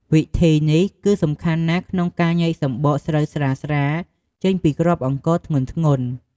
វិធីនេះគឺសំខាន់ណាស់ក្នុងការញែកសម្បកស្រូវស្រាលៗចេញពីគ្រាប់អង្ករធ្ងន់ៗ។